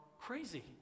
crazy